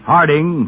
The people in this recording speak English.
Harding